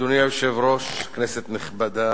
הצעת חוק יסודות התקציב,